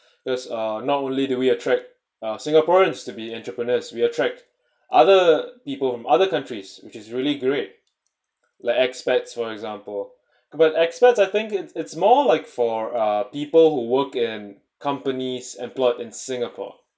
cause uh not only do we attract uh singaporeans to be entrepreneurs we attract other people from other countries which is really great like expats for example but expats I think it's it's more like for uh people who work in companies employed in singapore